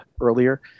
earlier